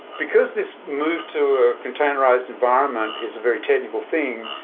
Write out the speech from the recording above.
because this move to a containerized environment is a very technical thing,